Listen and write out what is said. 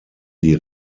die